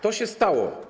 To się stało.